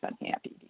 unhappy